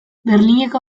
berlineko